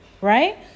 Right